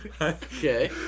Okay